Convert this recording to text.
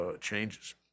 changes